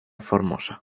formosa